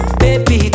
baby